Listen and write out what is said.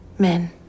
Men